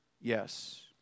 Yes